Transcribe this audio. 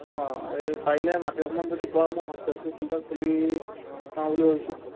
অঁ এই পাৰিলে মাটি অকমান যদি পোৱা মই হোষ্টেল ছোচটেল এটা খুলি চাওঁ বুলি ভাবিছোঁ